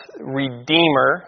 Redeemer